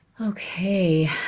Okay